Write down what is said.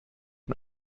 man